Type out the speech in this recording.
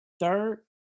Third